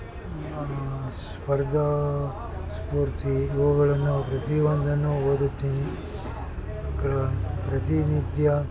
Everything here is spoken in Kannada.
ಸ್ಪರ್ಧಾ ಸ್ಪೂರ್ತಿ ಇವುಗಳನ್ನು ಪ್ರತಿಯೊಂದನ್ನು ಓದುತ್ತೀನಿ ಕ್ರಾ ಪ್ರತಿನಿತ್ಯ